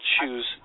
choose